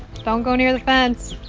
don't go near the fence.